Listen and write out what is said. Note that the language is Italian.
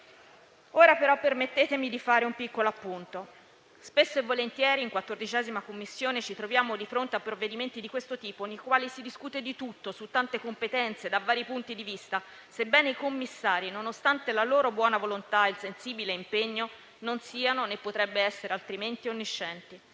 Ora però permettetemi di fare un piccolo appunto. Spesso e volentieri in 14a Commissione ci troviamo di fronte a provvedimenti di questo tipo, nei quali si discute di tutto, su tante competenze, da vari punti di vista, sebbene i commissari, nonostante la loro buona volontà e il sensibile impegno, non siano - né potrebbe essere altrimenti - onniscienti.